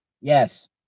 yes